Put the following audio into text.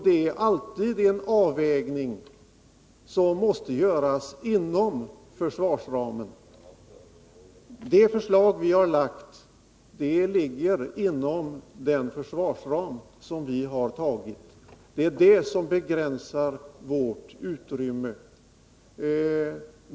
Det är alltid en avvägning som måste göras inom försvarsramen. Det förslag vi har lagt fram ligger inom den försvarsram som vi har antagit, och det är det som begränsar vårt utrymme.